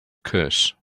curse